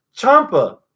Champa